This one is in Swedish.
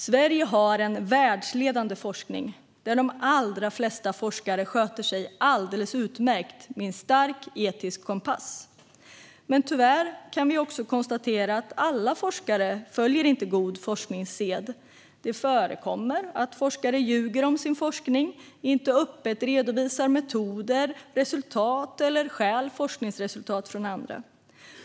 Sverige har världsledande forskning, där de allra flesta forskare sköter sig alldeles utmärkt med stark etisk kompass. Tyvärr kan vi också konstatera att alla forskare inte följer god forskningssed. Det förekommer att forskare ljuger om sin forskning, inte öppet redovisar metoder och resultat och stjäl forskningsresultat från andra.